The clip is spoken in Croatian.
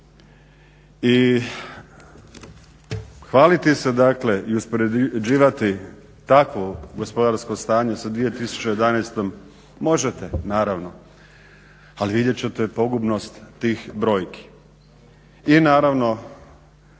I hvaliti se dakle i uspoređivati takvo gospodarsko stanje sa 2011. možete naravno, ali vidjet ćete pogubnost tih brojki. I naravno